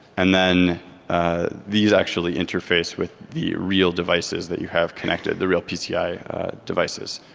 and then these actually interface with the real devices that you have connected, the real pci devices.